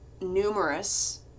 numerous